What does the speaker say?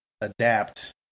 adapt